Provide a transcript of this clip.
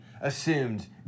assumed